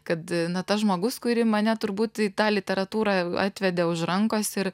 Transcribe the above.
kad tas žmogus kuri mane turbūt į tą literatūrą atvedė už rankos ir